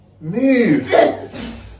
move